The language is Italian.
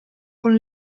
con